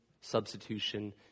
substitution